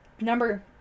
number